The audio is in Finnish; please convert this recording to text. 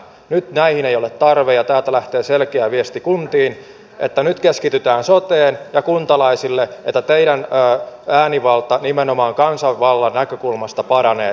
nyt näihin ei ole tarvetta ja täältä lähtee selkeä viesti kuntiin että nyt keskitytään soteen ja kuntalaisille että teidän äänivaltanne nimenomaan kansanvallan näkökulmasta paranee